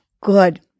Good